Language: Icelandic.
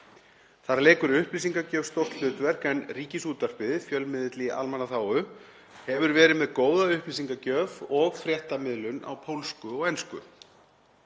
Þar leikur upplýsingagjöf stórt hlutverk en Ríkisútvarpið, fjölmiðill í almannaþágu, hefur verið með góða upplýsingagjöf og fréttamiðlun á pólsku og ensku.